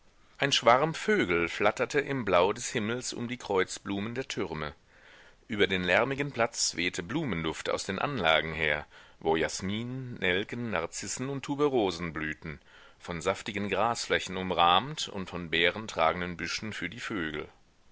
ein schwarm vögel flatterte im blau des himmels um die kreuzblumen der türme über den lärmigen platz wehte blumenduft aus den anlagen her wo jasmin nelken narzissen und tuberosen blühten von saftigen grasflächen umrahmt und von beeren tragenden büschen für die vögel